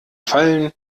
fallen